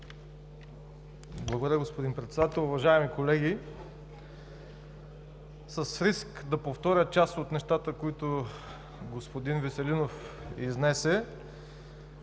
Благодаря, господин Председател. Уважаеми колеги! С риск да повторя част от нещата, които господин Веселинов изнесе,